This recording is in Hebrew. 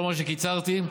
לאחר שקיצרתי,